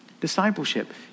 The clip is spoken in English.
Discipleship